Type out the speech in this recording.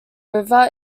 river